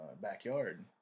backyard